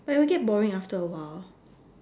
but it will get boring after a while